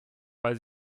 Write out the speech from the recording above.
weil